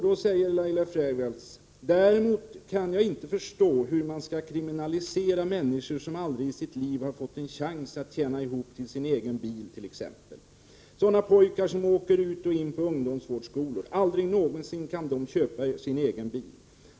Då sade Laila Freivalds: ”Däremot kan jag inte förstå hur man ska kriminalisera människor som aldrig i sitt liv har fått en chans att tjäna ihop till sin egen bil till exempel. Sådana pojkar som åker ut och in i ungdomsvårdsskolor; aldrig någonsin kan de köpa sin egen bil.